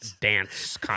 dance